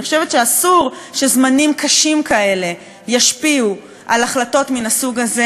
אני חושבת שאסור שזמנים קשים כאלה ישפיעו על החלטות מן הסוג הזה.